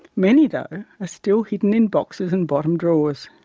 many though, are still hidden in boxes and bottom drawers.